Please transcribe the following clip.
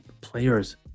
Players